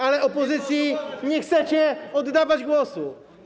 ale opozycji nie chcecie oddawać głosu.